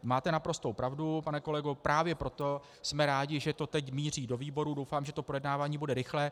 Máte naprostou pravdu, pane kolego, právě proto jsme rádi, že to teď míří do výborů, doufám, že to projednávání bude rychlé.